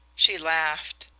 she laughed.